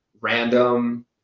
random